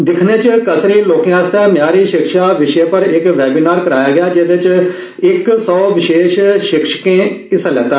दिक्खने च कसरी लोकें आस्तै म्यारी शिक्षा विशे पर इक वैबीनार कराया गेआ जेहदे च इक सौ विशेष शिक्षकें हिस्सा लैता